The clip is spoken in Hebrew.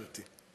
גברתי.